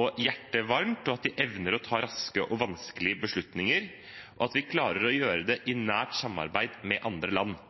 og hjertet varmt, at de evner å ta raske og vanskelig beslutninger, og at de klarer å gjøre det i nært samarbeid med andre land.